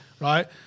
right